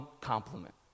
compliment